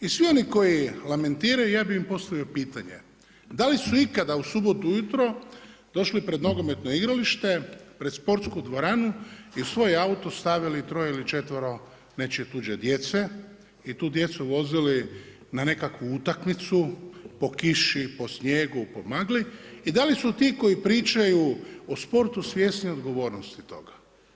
I svi oni koji lamentiraju ja bi im postavio pitanje, da li su ikada u subotu ujutro došli pred nogometno igralište, pred sportsku dvoranu i svoj auto stavili troje ili četvero nečije tuđe djece i tu djecu vozili na nekakvu utakmicu po kiši, po snijegu, po magli i da li su ti koji pričaju o sportu svjesni odgovornosti toga?